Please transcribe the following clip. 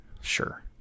sure